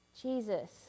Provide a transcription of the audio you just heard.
Jesus